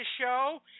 show